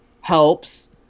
helps